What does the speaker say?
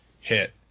hit